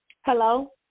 Hello